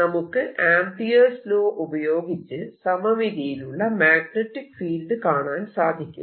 നമുക്ക് Ampere's law ഉപയോഗിച്ച് സമമിതിയിലുള്ള മാഗ്നെറ്റിക് ഫീൽഡ് കാണാൻ സാധിക്കും